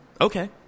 Okay